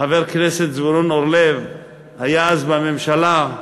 חבר כנסת זבולון אורלב היה אז בממשלה,